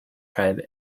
tribe